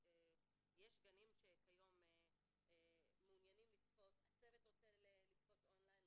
יש גנים שכיום מעוניינים לצפות הצוות רוצה לצפות on line,